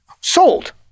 sold